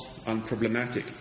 unproblematic